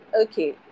Okay